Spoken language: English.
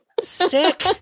Sick